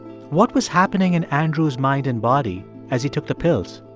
what was happening in andrew's mind and body as he took the pills?